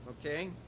okay